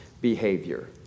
behavior